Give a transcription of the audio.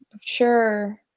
Sure